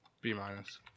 B-minus